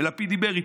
ולפיד דיבר איתנו.